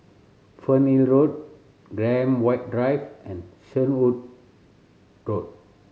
Fernhill Road Graham White Drive and Shenvood Road